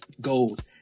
gold